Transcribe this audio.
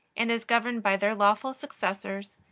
and is governed by their lawful successors,